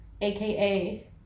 AKA